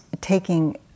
taking